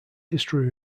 history